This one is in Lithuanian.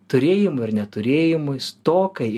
turėjimui ir neturėjimui stokai